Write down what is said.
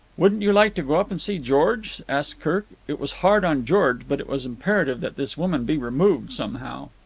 wouldn't you like to go up and see george? asked kirk. it was hard on george, but it was imperative that this woman be removed somehow.